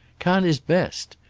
cannes is best.